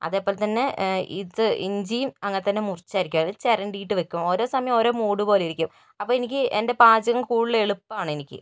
അതേപോലെ തന്നെ ഇത് ഇഞ്ചിയും അങ്ങനെ തന്നെ മുറിച്ചായിരിക്കും അത് ചെരണ്ടിയിട്ടു വയ്ക്കും ഓരോ സമയം ഓരോ മൂഡ് പോലെ ഇരിക്കും അപ്പോൾ എനിക്ക് എന്റെ പാചകം കൂടുതല് എളുപ്പം ആണ് എനിക്ക്